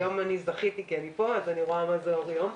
היום זכיתי כי אני כאן ואני רואה מה זה אור יום.